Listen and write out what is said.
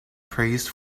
praised